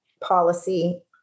policy